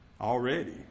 already